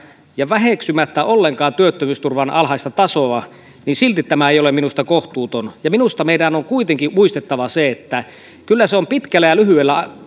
ja väheksymättä ollenkaan työttömyysturvan alhaista tasoa silti tämä ei ole minusta kohtuuton minusta meidän on kuitenkin muistettava se että kyllä se on pitkällä ja lyhyellä